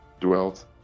dwelt